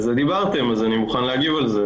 על זה דיברתם, אז אני מוכן להגיב על זה.